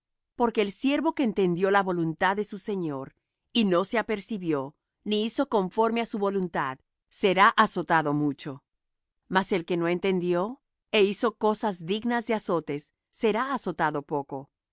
porque el siervo que entendió la voluntad de su señor y no se apercibió ni hizo conforme á su voluntad será azotado mucho mas el que no entendió é hizo cosas dignas de azotes será azotado poco